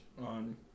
on